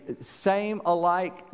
same-alike